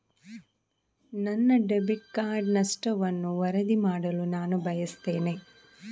ನನ್ನ debit card ನಷ್ಟವನ್ನು ವರದಿ ಮಾಡಲು ನಾನು ಬಯಸ್ತೆನೆ